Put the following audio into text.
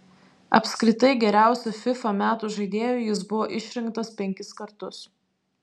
apskritai geriausiu fifa metų žaidėju jis buvo išrinktas penkis kartus